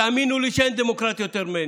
תאמינו לי שאין דמוקרט יותר ממני.